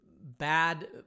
bad